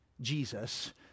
Jesus